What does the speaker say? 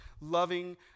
loving